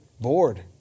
bored